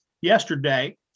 yesterday